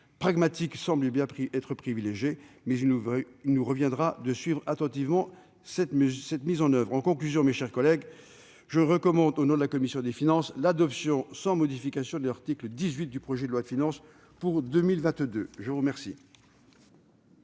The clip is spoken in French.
pragmatique semble être privilégiée, mais il nous reviendra de suivre attentivement cette mise en oeuvre. En conclusion, mes chers collègues, je recommande, au nom de la commission des finances, l'adoption sans modification de l'article 18 du projet de loi de finances pour 2022. La parole